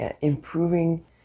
improving